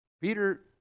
Peter